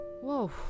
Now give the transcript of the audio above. Whoa